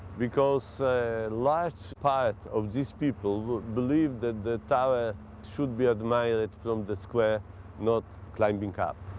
because a large part of these people believe that the tower should be admired from the square not climbing up.